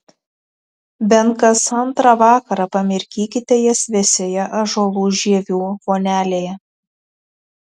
bent kas antrą vakarą pamirkykite jas vėsioje ąžuolų žievių vonelėje